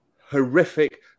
horrific